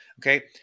okay